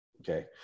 Okay